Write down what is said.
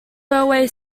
railway